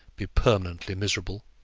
be permanently miserable?